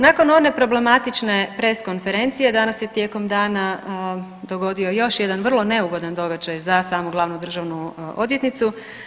Nakon one problematične press konferencije danas se tijekom dana dogodio još jedan vrlo neugodan događaj za samu glavnu državnu odvjetnicu.